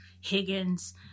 Higgins